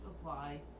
apply